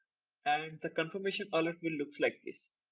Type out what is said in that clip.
and the confirmation alert will look like this.